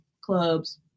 clubs